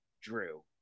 Drew